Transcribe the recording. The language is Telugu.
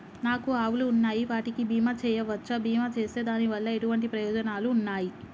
నాకు ఆవులు ఉన్నాయి వాటికి బీమా చెయ్యవచ్చా? బీమా చేస్తే దాని వల్ల ఎటువంటి ప్రయోజనాలు ఉన్నాయి?